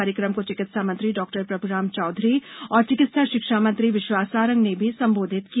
कार्यक्रम को चिकित्सा मंत्री डॉ प्रभुराम चौधरी और चिकिस्ता शिक्षा मंत्री विश्वास सारंग ने भी संबोधित किया